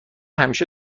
همیشه